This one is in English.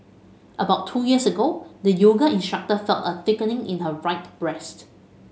about two years ago the yoga instructor felt a thickening in her right breast